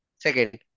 second